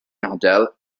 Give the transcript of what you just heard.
adael